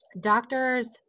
doctors